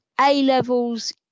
A-levels